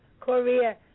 Korea